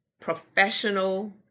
professional